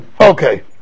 Okay